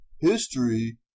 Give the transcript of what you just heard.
History